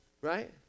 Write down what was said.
right